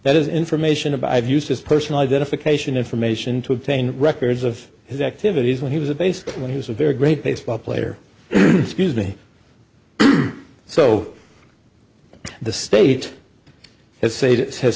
is information about i've used his personal identification information to obtain records of his activities when he was a basic when he was a very great baseball player scuse me so the state has